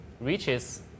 reaches